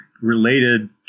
related